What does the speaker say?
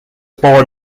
born